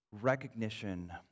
recognition